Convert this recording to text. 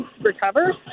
recover